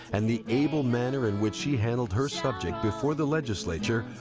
and the able manner in which she handled her subject before the legislature,